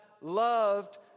loved